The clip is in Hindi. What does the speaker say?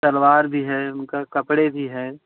तलवार भी है उनके कपड़े भी हैं